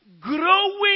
Growing